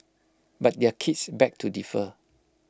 but their kids beg to differ